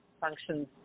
functions